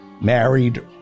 married